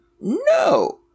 No